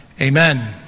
Amen